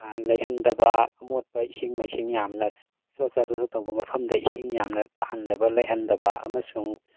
ꯂꯩꯍꯟꯗꯕ ꯑꯃꯣꯠꯄ ꯏꯁꯤꯡ ꯃꯥꯏꯁꯤꯡ ꯌꯥꯝꯅ ꯆꯣꯠꯆꯥ ꯆꯣꯠꯆꯥ ꯇꯧꯕ ꯃꯐꯝꯗ ꯏꯁꯤꯡ ꯌꯥꯝꯅ ꯇꯥꯍꯟꯗꯕ ꯂꯩꯍꯟꯗꯕ ꯑꯃꯁꯨꯡ